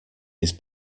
his